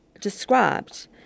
described